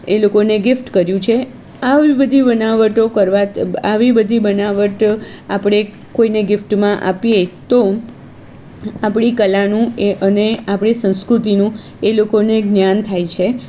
એ લોકોને ગિફ્ટ કર્યું છે આવી બધી બનાવટો કરવા આવી બધી બનાવટ આપણે કોઈને ગિફ્ટમાં આપીએ તો આપણી કલાનું એ અને આપણી સંસ્કૃતિનું એ લોકોને જ્ઞાન થાય છે